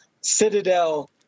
Citadel